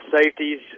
safeties